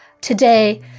today